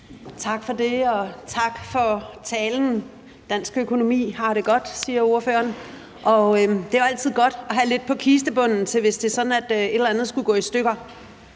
Tak for det. Og tak for talen. Dansk økonomi har det godt, siger ordføreren. Og det er jo altid godt at have lidt på kistebunden, hvis det er sådan, at et eller andet skulle gå i stykker.